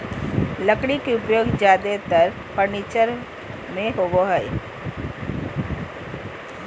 लकड़ी के उपयोग ज्यादेतर फर्नीचर में होबो हइ